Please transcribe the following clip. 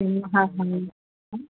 सिंहः हा